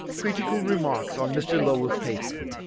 critical remarks on mr. lowell's paper.